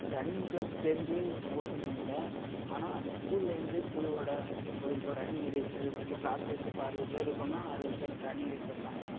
running club சேர்ந்து ஓடுனதில்ல ஆனால் ஸ்கூலில் வந்து குழுவோட ஓடியிருக்கோம் ரன்னிங்கு ரேசு இந்த க்ளாஸ்வைசு இப்போ அறுபது பேரு இருக்கோம்னால் அறுபது பேருக்கு ரன்னிங் ரேசு வைப்பாங்க